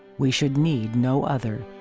we should need no other.